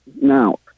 Now